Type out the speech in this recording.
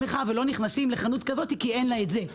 מחאה ולא נכנסים לחנות כזאת כי אין לה את זה.